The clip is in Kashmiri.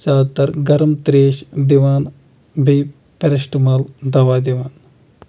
زیادٕ تَر گرم تریش دِوان بیٚیہِ پٮ۪رٮ۪سٹٕمال دوا دِوان